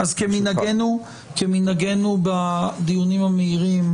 כמנהגנו בדיונים המהירים,